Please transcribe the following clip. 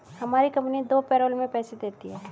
हमारी कंपनी दो पैरोल में पैसे देती है